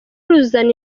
ruzana